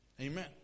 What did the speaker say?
Amen